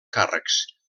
càrrecs